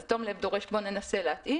תום-לב דורש: בואו ננסה להתאים.